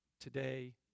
today